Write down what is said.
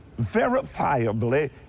verifiably